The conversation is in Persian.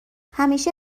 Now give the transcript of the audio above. همیشه